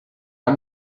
i’m